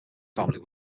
family